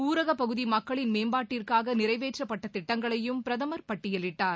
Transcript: ஊரகப் பகுதி மக்களின் மேம்பாட்டிற்காக நிறைவேற்றப்பட்ட திட்டங்களையும் பிரதமர் பட்டியலிட்டார்